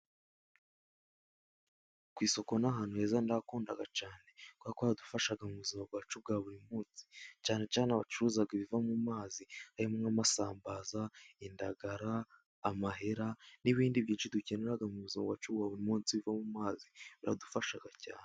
Ku isuku n'ahantu heza ndahakunda cyane, kuko hadufasha mu buzima bwacu bwa buri munsi cyane cyane abacuruza ibiva mu mazi harimo amasambaza, indagara, amahera n'ibindi byinshi dukenera mu buzima bwacu bwa buri munsi biva mu mazi baradufasha cyane.